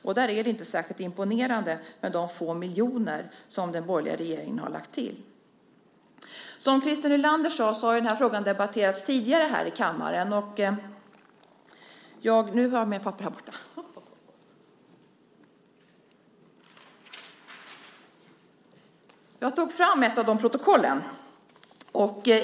Och där är det inte särskilt imponerande med de få miljoner som den borgerliga regeringen har lagt till. Som Christer Nylander sade har den här frågan debatterats tidigare här i kammaren. Jag tog fram ett av de protokollen.